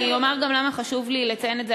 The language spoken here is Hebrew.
אני אומר גם למה חשוב לי לציין את זה.